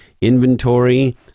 inventory